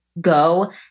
go